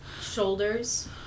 Shoulders